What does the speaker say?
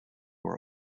were